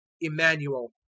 Emmanuel